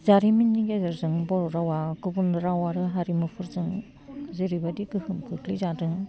जारिमिननि गेजेरजों बर' रावा गुबुन राव आरो हारिमुफोरजों जेरैबायदि गोहोम खोख्लैजादों